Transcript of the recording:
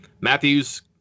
Matthews